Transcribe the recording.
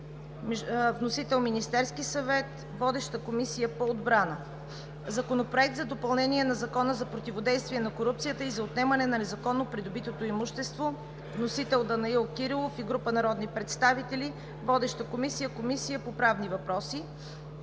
Вносител – Министерският съвет. Водеща е Комисията по отбрана. Законопроект за допълнение на Закона за противодействие на корупцията и за отнемане на незаконно придобитото имущество. Вносители – Данаил Кирилов и група народни представители. Водеща е Комисията по правни въпроси.